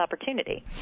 opportunity